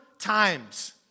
times